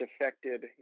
affected